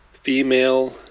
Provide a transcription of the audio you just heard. female